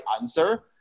answer